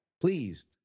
please